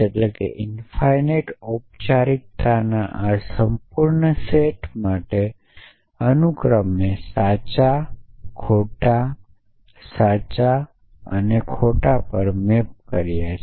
અને તે આ ઇન્ફાઇનાઇટ સેટ માટે અનુક્રમે સાચા ખોટા સાચા અને ખોટા પર મૅપ કર્યા છે